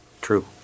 True